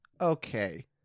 okay